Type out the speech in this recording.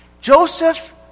Joseph